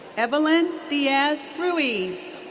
evelin diaz ruiz.